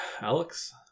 Alex